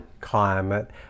climate